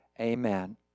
Amen